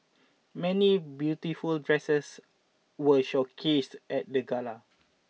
many beautiful dresses were showcased at the gala